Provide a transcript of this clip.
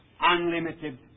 unlimited